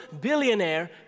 billionaire